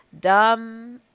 dumb